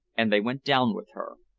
and they went down with her.